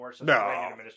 no